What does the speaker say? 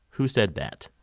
who said that?